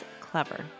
Clever